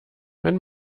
wenn